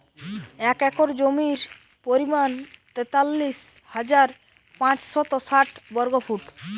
এক একর জমির পরিমাণ তেতাল্লিশ হাজার পাঁচশত ষাট বর্গফুট